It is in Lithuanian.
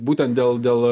būtent dėl dėl